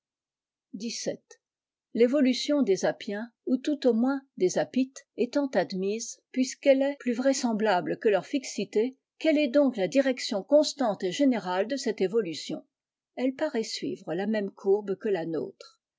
xvii l'évolution des apiens ou tout au moins des apites étant admise puisqu'elle est plus vraisemblable que leur fixité quelle est donc la direction constante et générale de cette évolution elle paraît suivre la même courbe que la nôtre